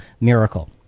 miracle